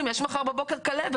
אם יש מחר בבוקר כלבת,